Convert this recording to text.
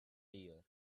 year